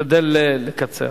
תשתדל לקצר.